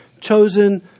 Chosen